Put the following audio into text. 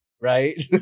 Right